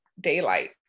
daylight